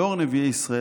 לאור נביאי ישראל,